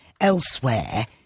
elsewhere